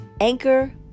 anchor